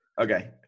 Okay